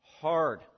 Hard